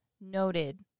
noted